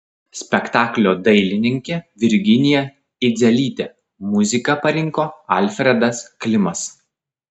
spektaklio dailininkė virginija idzelytė muziką parinko alfredas klimas